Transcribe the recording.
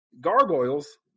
Gargoyles